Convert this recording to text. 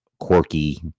quirky